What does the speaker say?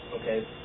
Okay